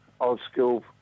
old-school